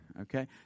okay